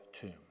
tomb